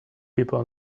people